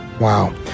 Wow